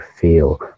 feel